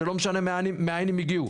זה לא משנה מאין הם הגיעו.